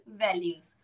values